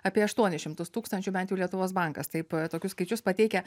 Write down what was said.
apie aštuonis šimtus tūkstančių bent jau lietuvos bankas taip tokius skaičius pateikia